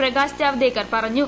പ്രകാശ് ജാവ്ദേക്കർ പറഞ്ഞു